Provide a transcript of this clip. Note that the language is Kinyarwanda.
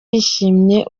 yishimiye